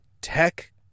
tech